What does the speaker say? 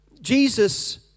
Jesus